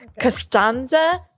Costanza